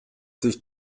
sich